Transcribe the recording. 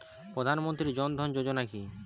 প্রধান মন্ত্রী জন ধন যোজনা কি?